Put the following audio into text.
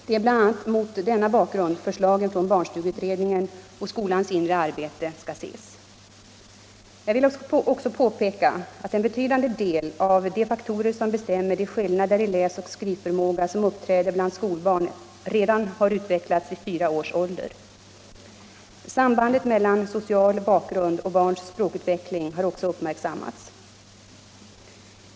Det är bl.a. mot denna bakgrund förslagen från barnstugeutredningen och utredningen om skolans inre arbete skall ses. Jag vill också påpeka att en betydande del av de faktorer som bestämmer de skillnader i läsoch skrivförmåga som uppträder bland skolbarn redan har utvecklats vid fyra års ålder. Sambandet mellan social bakgrund och barns språkutveckling har också uppmärksammats.